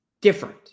different